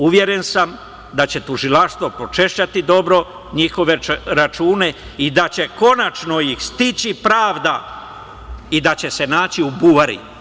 Uveren sam da će tužilaštvo pročešljati dobro njihove račune i da će konačno ih stići pravda i da će naći u buvari.